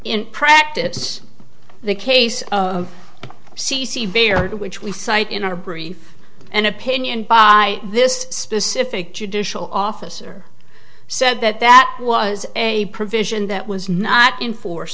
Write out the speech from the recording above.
in practice the case c c baird which we cite in our brief and opinion by this specific judicial officer said that that was a provision that was not in force